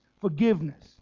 forgiveness